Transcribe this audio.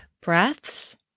breaths